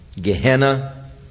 Gehenna